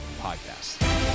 podcast